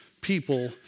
people